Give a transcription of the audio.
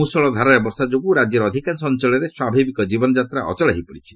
ମ୍ରଷଳ ଧାରାରେ ବର୍ଷା ଯୋଗୁଁ ରାଜ୍ୟର ଅଧିକାଂଶ ଅଞ୍ଚଳରେ ସ୍ୱାଭାବିକ ଜୀବନଯାତ୍ରା ଅଚଳ ହୋଇପଡ଼ିଛି